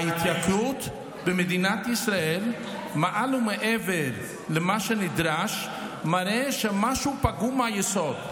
ההתייקרות במדינת ישראל מעל ומעבר למה שנדרש מראה שמשהו פגום מהיסוד.